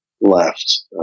left